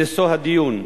מושא הדיון,